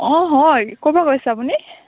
অঁ হয় ক'ৰ পা কৈছে আপুনি